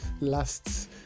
lasts